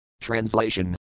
Translation